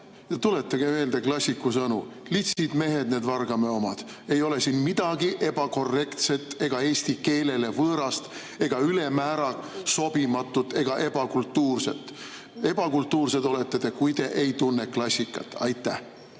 Tuletage meelde klassiku sõnu: litsid mehed need Vargamäe omad. Ei ole siin midagi ebakorrektset ega eesti keelele võõrast ega ülemäära sobimatut ega ebakultuurset. Ebakultuursed olete te, kui te ei tunne klassikat. Aitäh!